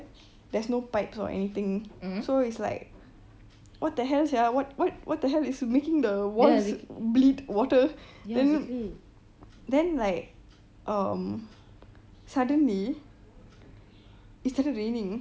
there's no pipes or anything so it's like what the hell sia what what the hell is making the walls bleed water then then like um suddenly it started raining